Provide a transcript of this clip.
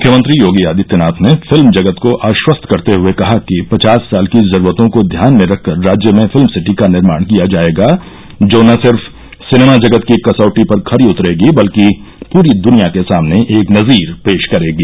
मुख्यमंत्री योगी आदित्यनाथ ने फिल्म जगत को आश्वस्त करते हुये कहा कि पचास साल की जरूरतों को ध्यान में रखकर राज्य में फिल्म सिटी का निर्माण किया जायेगा जो न सिर्फ सिनेमा जगत की कसौटी पर खरी उतरेगी बल्कि पूरी दुनिया के सामने एक नजीर पेश करेगी